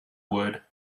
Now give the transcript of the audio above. wood